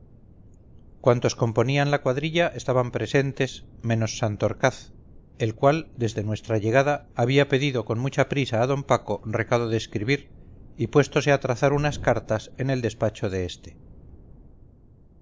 cuantos componían la cuadrilla estaban presentes menos santorcaz el cual desde nuestra llegada había pedido con mucha prisa a d paco recado de escribir y puéstose a trazar unas cartas en el despacho de este